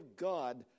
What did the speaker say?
God